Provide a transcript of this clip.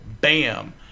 Bam